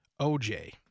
OJ